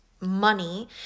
money